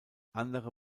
andere